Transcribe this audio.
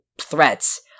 threats